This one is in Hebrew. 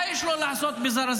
מה יש לו לעשות בזרזיר,